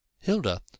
Hilda